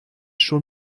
schon